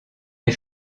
les